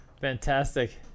Fantastic